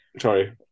Sorry